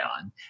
on